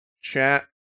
chat